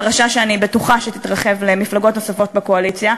פרשה שאני בטוחה שתתרחב למפלגות נוספות בקואליציה,